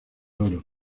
oro